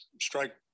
strike